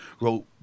wrote